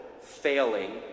failing